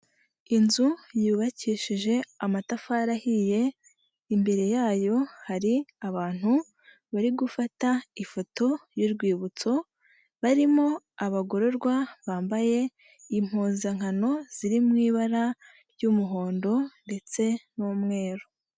Inzu yubakishije amatafari ahiye imbere yayo hari abantu bari gufata ifoto y'urwibutso barimo abagororwa bambaye impuzankano ziri mu ibara ry'umuhondo ndetse n'umweru.